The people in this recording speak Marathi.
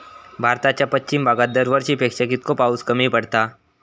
भारताच्या पश्चिम भागात दरवर्षी पेक्षा कीतको पाऊस कमी पडता?